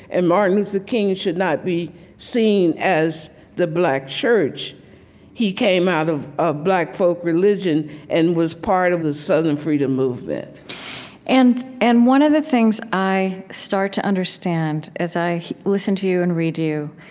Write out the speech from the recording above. and martin luther king should not be seen as the black church he came out of of black folk religion and was part of the southern freedom movement and and one of the things i start to understand, as i listen to you and read you,